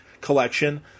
collection